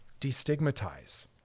Destigmatize